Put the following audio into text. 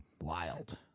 Wild